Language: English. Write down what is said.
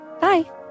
Bye